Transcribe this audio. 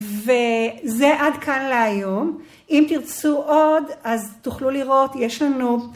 וזה עד כאן להיום, אם תרצו עוד אז תוכלו לראות, יש לנו